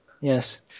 Yes